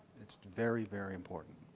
it's very, very important.